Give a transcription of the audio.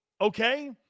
Okay